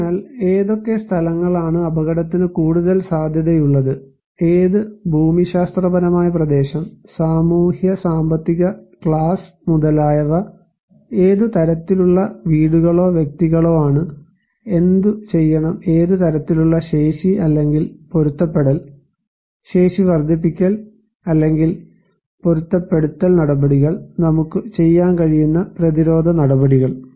അതിനാൽ ഏതൊക്കെ സ്ഥലങ്ങളാണ് അപകടത്തിന് കൂടുതൽ സാധ്യതയുള്ളത് ഏത് ഭൂമിശാസ്ത്രപരമായ പ്രദേശം സാമൂഹ്യ സാമ്പത്തിക ക്ലാസ് മുതലായവ ഏത് തരത്തിലുള്ള വീടുകളോ വ്യക്തികളോ ആണ് എന്തുചെയ്യണം ഏത് തരത്തിലുള്ള ശേഷി അല്ലെങ്കിൽ പൊരുത്തപ്പെടുത്തൽ ശേഷി വർദ്ധിപ്പിക്കൽ അല്ലെങ്കിൽ പൊരുത്തപ്പെടുത്തൽ നടപടികൾ നമുക്കു ചെയ്യാൻ കഴിയുന്ന പ്രതിരോധ നടപടികൾ